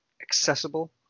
accessible